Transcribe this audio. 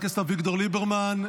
חבר הכנסת אביגדור ליברמן,